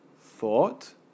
thought